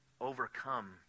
overcome